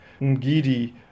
Ngidi